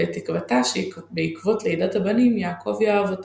ואת תקוותה שבעקבות לידת הבנים יעקב יאהב אותה.